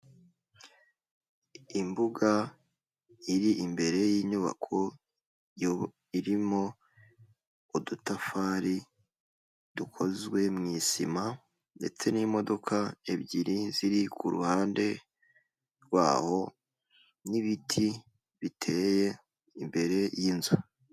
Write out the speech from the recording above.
Imbuga iri imbere y'inyubako yo irimo udutafari dukozwe mu isima ndetse n'imodoka ebyiri ziri ku ruhande rwaho n'ibiti biteye imbere y'inzu.